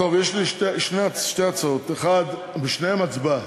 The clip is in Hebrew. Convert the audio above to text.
יש לי שתי הצעות, בשתיהן הצבעה.